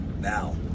Now